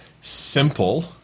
simple